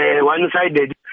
one-sided